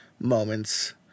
moments